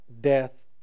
death